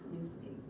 newspaper